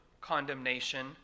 condemnation